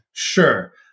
Sure